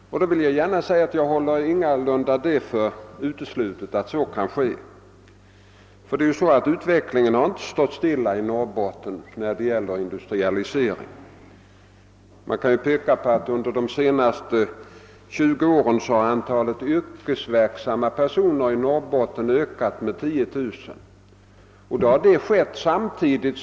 Jag håller ingalunda för uteslutet att så kan bli fallet. Utvecklingen beträffande industrialiseringen har ju inte stått stilla i Norrbotten. Man kan peka på att antalet yrkesverksamma personer i Norrbotten ökat med 10000 under de senaste 20 åren.